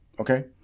Okay